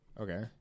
okay